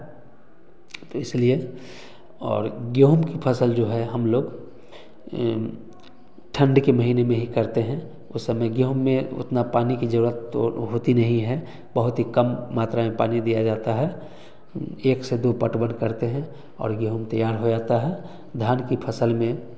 तो इसलिए और गेहूँ की फ़सल जो है हम लोग ठंड के महीने में ही करते हैं उस समय गेहूँ में उतना पानी की ज़रूरत तो होती नहीं है बहुत ही कम मात्रा में पानी दिया जाता है एक से दो पट वट करते हैं और गेहूँ तैयार हो जाता है धान की फ़सल में